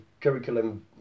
curriculum